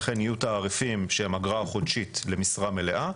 ולכן יהיו תעריפים שהם אגרה חודשית למשרה מלאה.